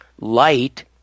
Light